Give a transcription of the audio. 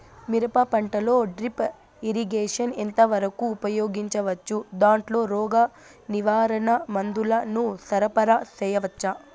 మిరప పంటలో drip irrigation ఎంత వరకు ఉపయోగించవచ్చు, దాంట్లో రోగ నివారణ మందుల ను సరఫరా చేయవచ్చా?